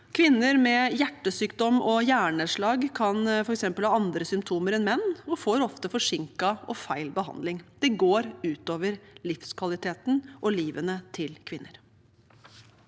Kvinner med hjertesykdom og hjerneslag kan f.eks. ha andre symptomer enn menn og får ofte forsinket og feil behandling. Det går ut over livskvaliteten og livet til kvinner.